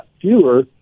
fewer